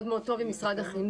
מאוד מאוד טוב עם משרד החינוך.